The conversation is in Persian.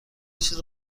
چیز